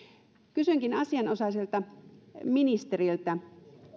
kysynkin asianosaiselta ministeriltä